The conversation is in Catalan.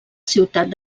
ciutat